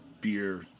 beer